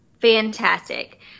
fantastic